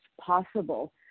possible